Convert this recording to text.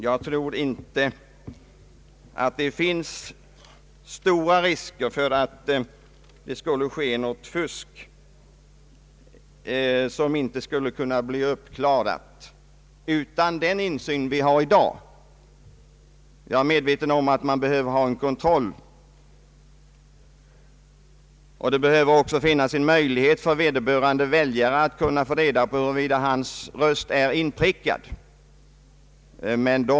Jag tror inte heller att det finns stora risker för att något fusk skulle förekomma, som inte skulle kunna bli uppklarat utan den insyn vi har i dag. Jag är medveten om att man behöver ha en kontroll. Det behöver också finnas möjlighet för vederbörande väljare att ta reda på huruvida hans röst är avprickad.